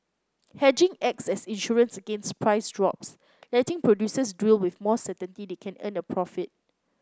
hedging acts as insurance against price drops letting producers drill with more certainty they can earn a profit